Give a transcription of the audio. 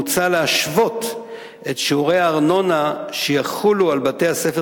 מוצע להשוות את שיעורי הארנונה שיחולו על בתי-ספר